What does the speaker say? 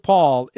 Paul